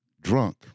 drunk